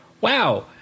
wow